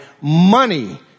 money